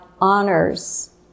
honors